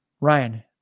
Ryan